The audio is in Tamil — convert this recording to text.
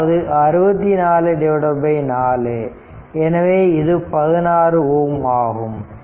அதாவது 64 4 எனவே இது 16Ω ஆகும்